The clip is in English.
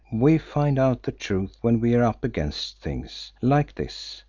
we find out the truth when we are up against things like this.